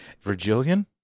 Virgilian